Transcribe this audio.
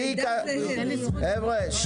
תיק חבר'ה, שקט.